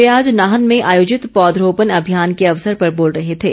वे आज नाहन में आयोजित पौधरोपण अभियान के अवसर पर बोल रहे थे